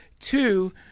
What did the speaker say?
Two